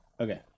Okay